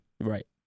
Right